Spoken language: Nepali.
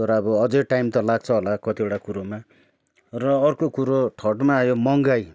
तर अब अझै टाइम त लाग्छ होला कतिवटा कुरोमा र अर्को कुरो थर्डमा आयो महँगाई